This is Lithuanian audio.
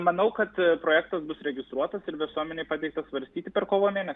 manau kad projektas bus registruotas ir visuomenei pateiktas svarstyti per kovo mėnesį